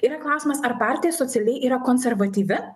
yra klausimas ar partija socialiai yra konservatyvi